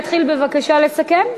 להתחיל בבקשה לסכם?